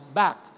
back